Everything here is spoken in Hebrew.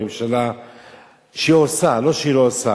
הממשלה עושה, לא שהיא לא עושה,